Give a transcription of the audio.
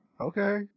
okay